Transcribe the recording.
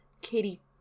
Katie